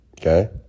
Okay